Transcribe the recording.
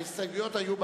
ההסתייגויות היו,